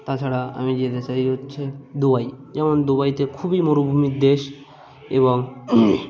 তাছাড়া আমি যেতে চাই হচ্ছে দুবাই যেমন দুবাইতে খুবই মরুভূমির দেশ এবং